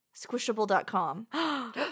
squishable.com